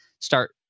start